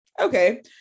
Okay